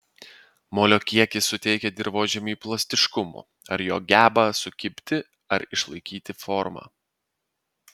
molio kiekis suteikia dirvožemiui plastiškumo ar jo gebą sukibti ar išlaikyti formą